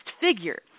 figure